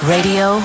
Radio